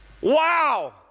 Wow